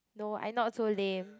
no I not so lame